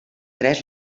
tres